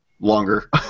longer